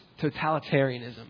totalitarianism